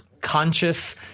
conscious